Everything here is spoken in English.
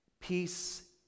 peace